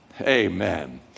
Amen